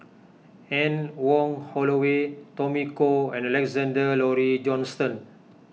Anne Wong Holloway Tommy Koh and Alexander Laurie Johnston